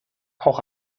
auch